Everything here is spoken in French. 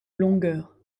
longueur